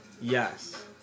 Yes